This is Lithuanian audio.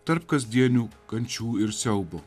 tarp kasdienių kančių ir siaubo